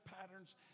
patterns